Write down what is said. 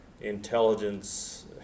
intelligence